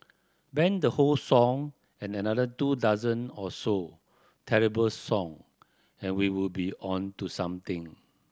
ban the whole song and another two dozen or so terrible song and we would be on to something